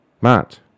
Matt